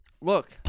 look